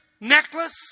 necklace